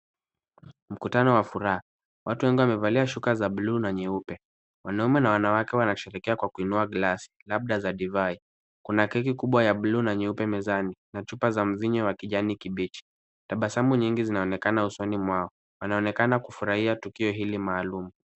Mkutano wa furaha. Watu wengi wamevalia shuka za buluu na nyeupe. Wanaume na wanawake wanasherekea kwa kuinua glasi labda za divai. Kuna keki kubwa ya buluu na nyeupe mezani na chupa za mvinyo za kijani kimbichi. Tabasamu nyingi zinaonekana usoni mwao. Wanaonekana kufurahia tukio hili maalum.